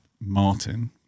Martin